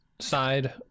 side